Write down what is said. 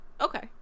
Okay